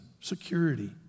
security